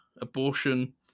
abortion